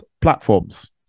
platforms